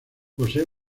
posee